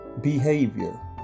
Behavior